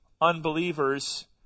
unbelievers